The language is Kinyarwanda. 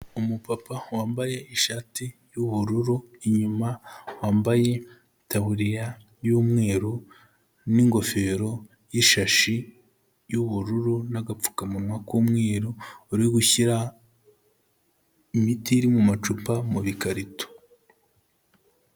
Umupapa wambaye ishati y'ubururu, inyuma wambaye itaburiya y'umweru n'ingofero y'ishashi y'ubururu n'agapfukamunwa k'umweru, uri gushyira imiti iri mu macupa mu bikarito.